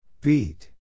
Beat